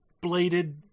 bladed